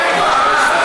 הוא אמר